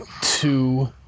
two